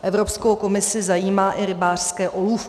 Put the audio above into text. Evropskou komisi zajímá i rybářské olůvko.